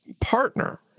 partner